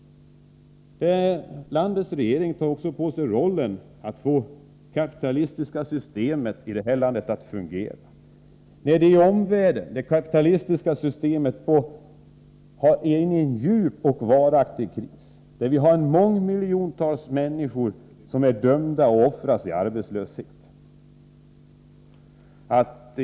Landets regering tar också på sig uppgiften att få det kapitalistiska systemet i detta land att fungera. I omvärlden är det kapitalistiska systemet inne i en djup och varaktig kris. Många miljoner människor är dömda att offras i arbetslösheten.